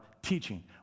Teaching